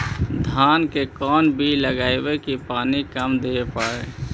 धान के कोन बिज लगईऐ कि पानी कम देवे पड़े?